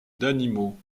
d’animaux